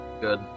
Good